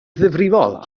ddifrifol